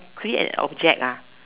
create an object